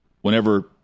whenever